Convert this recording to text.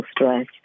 stress